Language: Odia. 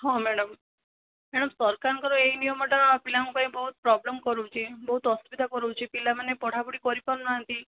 ହଁ ମ୍ୟାଡ଼ମ ମ୍ୟାଡ଼ମ ସରକାରଙ୍କ ଏହି ନିୟମଟା ପିଲାଙ୍କ ପାଇଁ ବହୁତ ପ୍ରୋବ୍ଲେମ କରୁଛି ବହୁତ ଅସୁବିଧା କରାଉଛି ପିଲାମାନେ ପଢ଼ାପଢ଼ି କରିପାରୁ ନାହାଁନ୍ତି